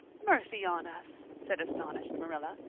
mercy on us, said astonished marilla,